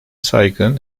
saygın